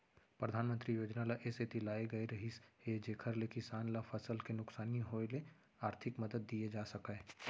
परधानमंतरी योजना ल ए सेती लाए गए रहिस हे जेकर ले किसान ल फसल के नुकसानी होय ले आरथिक मदद दिये जा सकय